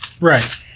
Right